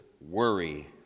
worry